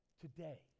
Today